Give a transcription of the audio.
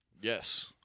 yes